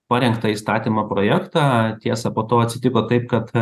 parengtą įstatymo projektą tiesa po to atsitiko taip kad